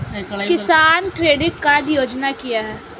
किसान credit card योजना क्या है?